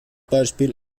beispiel